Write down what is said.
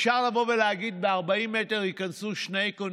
אפשר להגיד: ב-40 מטר ייכנסו שני קונים,